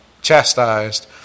chastised